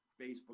Facebook